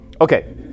Okay